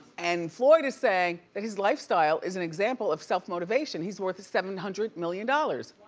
and floyd is saying that his lifestyle is an example of self-motivation. he's worth seven hundred million dollars.